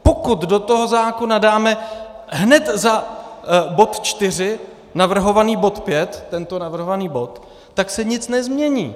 Pokud do toho zákona dáme hned za bod čtyři navrhovaný bod pět, tento navrhovaný bod, tak se nic nezmění.